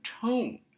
tone